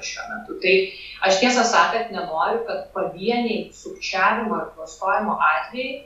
šiuo metu tai aš tiesą sakant nenoriu kad pavieniai sukčiavimo ir klastojimo atvejai